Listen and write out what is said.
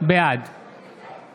בעד